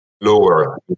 lower